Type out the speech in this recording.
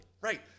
right